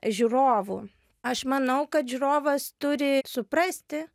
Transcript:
žiūrovų aš manau kad žiūrovas turi suprasti